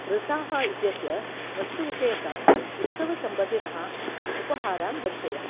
रसाः इत्यस्य वस्तुविषयकान् उत्सवसम्बन्धिनः उपहारान् दर्शय